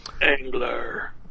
Angler